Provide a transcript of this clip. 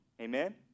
Amen